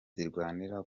zirwanira